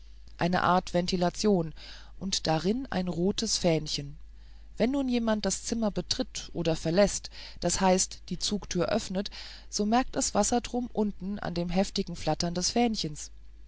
eine art ventilation und darin ein rotes fähnchen wenn nun jemand das zimmer betritt oder verläßt das heißt die zugtür öffnet so merkt es wassertrum unten an dem heftigen flattern des fähnchens